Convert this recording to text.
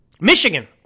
Michigan